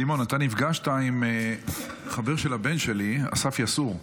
סימון, אתה נפגשת עם חבר של הבן שלי, אסף יסעור,